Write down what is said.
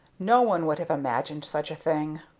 no one would have imagined such a thing.